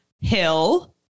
hill